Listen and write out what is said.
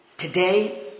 Today